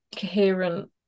coherent